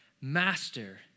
Master